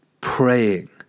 praying